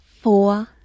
Four